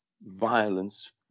violence